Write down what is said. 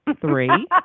three